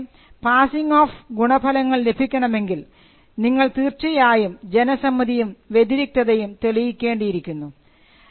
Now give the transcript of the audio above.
അതേസമയം passing off ഗുണഫലങ്ങൾ ലഭിക്കണമെങ്കിൽ നിങ്ങൾ തീർച്ചയായും ജനസമ്മതിയും വ്യതിരിക്തതയും തെളിയിക്കേണ്ടിയിരിക്കുന്നു